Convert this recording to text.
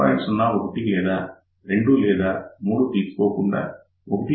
01 లేదా 2 లేదా 3 తీసుకోకుండా1